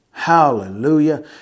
Hallelujah